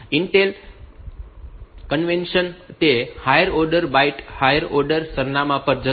INTEL convention તે higher order byte higher order સરનામા પર જશે